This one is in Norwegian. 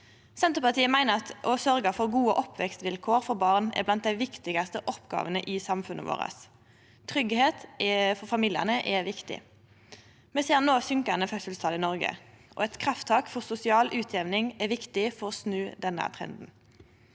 Senterpartiet meiner at å sørgje for gode oppvekstvilkår for barn er blant dei viktigaste oppgåvene i samfunnet vårt. Tryggleik for familiane er viktig. Me ser no fallande fødselstal i Noreg, og eit krafttak for sosial utjamning er viktig for å snu denne trenden.